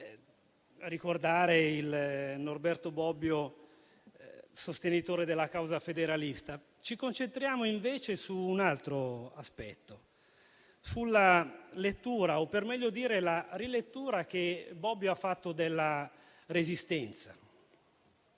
ricordare il Norberto Bobbio sostenitore della causa federalista. Ci concentriamo invece su un altro aspetto: sulla lettura o, per meglio dire, la rilettura che Bobbio ha fatto della Resistenza.